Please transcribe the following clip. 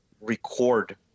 record